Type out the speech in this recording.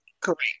correct